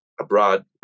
abroad